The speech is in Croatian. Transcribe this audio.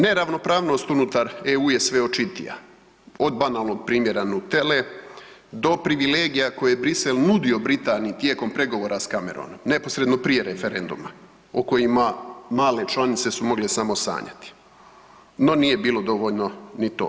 Neravnopravnost unutar EU je sve očitija od banalnog primjera Nutele do privilegija koje je Brisel nudio Britaniji tijekom pregovora s Cameronom neposredno prije referenduma o kojima male članice su mogle samo sanjati, no nije bilo dovoljno ni to.